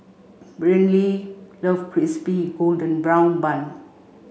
Brynlee love Crispy Golden Brown Bun